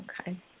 Okay